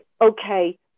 okay